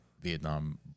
Vietnam